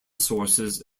sources